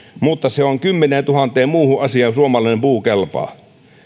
mutta kymmeneentuhanteen muuhun asiaan se suomalainen puu kelpaa